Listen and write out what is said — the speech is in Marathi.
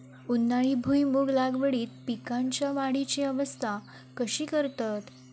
उन्हाळी भुईमूग लागवडीत पीकांच्या वाढीची अवस्था कशी करतत?